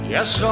Yes